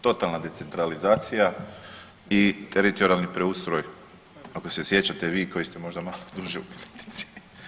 Totalna decentralizacija i teritorijalni preustroj, ako se sjećate vi koji ste možda malo duže u politici.